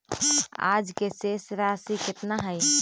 आज के शेष राशि केतना हई?